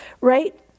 right